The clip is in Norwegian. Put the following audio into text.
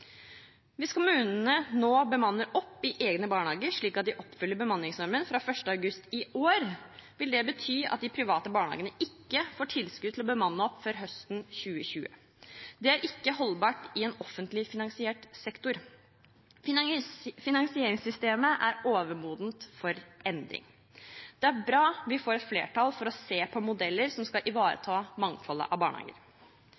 Hvis kommunene nå bemanner opp i egne barnehager slik at de oppfyller bemanningsnormen fra 1. august i år, vil det bety at de private barnehagene ikke får tilskudd til å bemanne opp før høsten 2020. Det er ikke holdbart i en offentlig finansiert sektor. Finansieringssystemet er overmodent for endring. Det er bra at vi får flertall for å se på modeller som skal